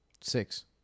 Six